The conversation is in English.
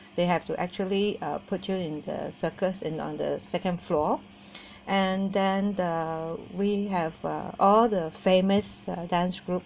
they have to actually uh put you in the circus in on the second floor and then uh we have uh all the famous dance group